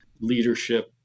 leadership